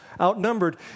outnumbered